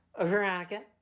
Veronica